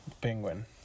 Penguin